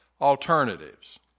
alternatives